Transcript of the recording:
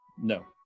No